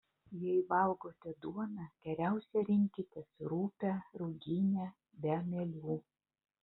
jei valgote duoną geriausia rinkitės rupią ruginę be mielių